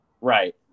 right